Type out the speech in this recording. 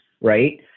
right